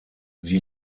sie